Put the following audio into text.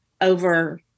over